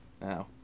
now